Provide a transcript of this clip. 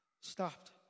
stopped